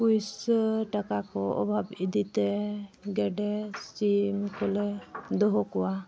ᱯᱩᱭᱥᱟᱹ ᱴᱟᱠᱟ ᱠᱚ ᱚᱵᱷᱟᱵ ᱤᱫᱤᱛᱮ ᱜᱮᱰᱮ ᱥᱤᱢ ᱠᱚᱞᱮ ᱫᱚᱦᱚ ᱠᱚᱣᱟ